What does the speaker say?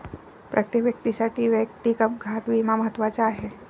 प्रत्येक व्यक्तीसाठी वैयक्तिक अपघात विमा महत्त्वाचा आहे